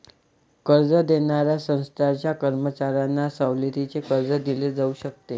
कर्ज देणाऱ्या संस्थांच्या कर्मचाऱ्यांना सवलतीचे कर्ज दिले जाऊ शकते